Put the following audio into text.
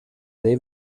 dai